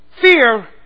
Fear